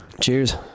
Cheers